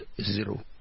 zero